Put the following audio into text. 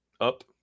up